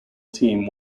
team